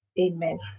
Amen